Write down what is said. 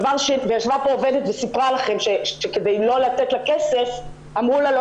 וישבה פה עובדת וסיפרה לכם שכדי לא לתת לה כסף אמרו לה לא